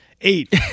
eight